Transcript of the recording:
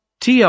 TR